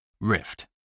Rift